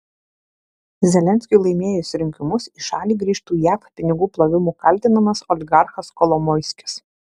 zelenskiui laimėjus rinkimus į šalį grįžtų jav pinigų plovimu kaltinamas oligarchas kolomoiskis